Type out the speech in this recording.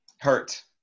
Hurt